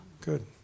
Good